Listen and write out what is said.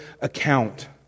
account